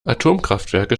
atomkraftwerke